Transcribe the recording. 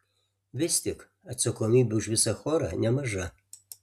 vis tik atsakomybė už visą chorą nemaža